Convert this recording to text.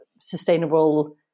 sustainable